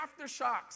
aftershocks